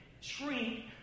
shrink